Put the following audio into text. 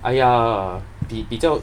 !aiya! 比比较